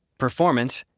performance,